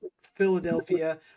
Philadelphia